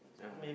ah